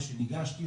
וכשניגשתי,